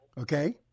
Okay